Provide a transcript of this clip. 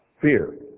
fear